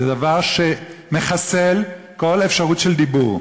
זה דבר שמחסל כל אפשרות של דיבור.